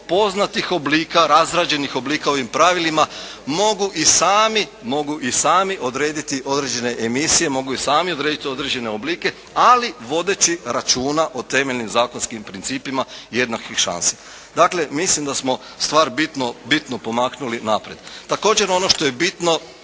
poznatih oblika, razrađenih oblika ovim pravilima mogu i sami odrediti određene emisije, mogu i sami odrediti određene oblike ali vodeći računa o temeljnim zakonskim principima jednakih šansi. Dakle mislim da smo stvar bitno pomaknuli naprijed. Također ono što je bitno,